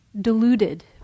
deluded